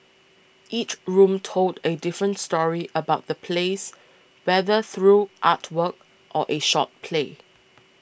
each room told a different story about the place whether through artwork or a short play